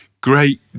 Great